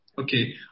Okay